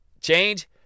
Change